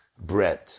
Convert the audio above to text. bread